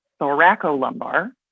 thoracolumbar